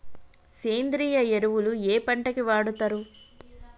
సేంద్రీయ ఎరువులు ఏ పంట కి వాడుతరు?